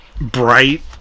bright